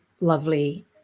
lovely